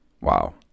wow